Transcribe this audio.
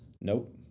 Nope